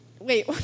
Wait